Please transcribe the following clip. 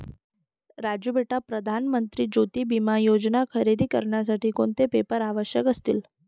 राजू बेटा प्रधान मंत्री ज्योती विमा योजना खरेदी करण्यासाठी कोणते पेपर आवश्यक असतील?